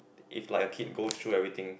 if like a kid goes through everything